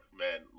man